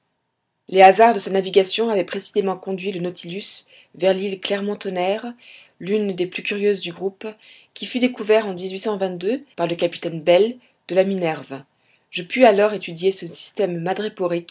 les hasards de sa navigation avaient précisément conduit le nautilus vers l'île clermont-tonnerre l'une des plus curieuses du groupe qui fut découvert en par le capitaine bell de la minerve je pus alors étudier ce système